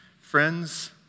Friends